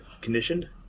conditioned